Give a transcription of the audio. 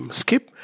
skip